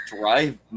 drive